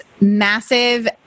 massive